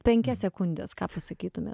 penkias sekundes ką pasakytumėt